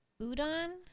udon